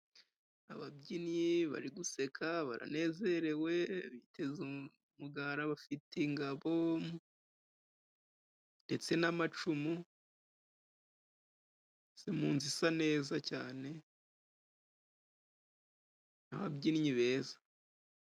Ababyinnyi bari guseka baranezerewe, bateze umugara bafite ingabo ndetse n'amacumu, se mu nzu isa neza cyane, ni ababyinnyi beza.